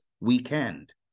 weekend